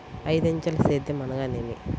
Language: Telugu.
ఐదంచెల సేద్యం అనగా నేమి?